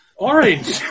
Orange